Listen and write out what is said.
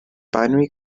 binary